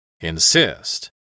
Insist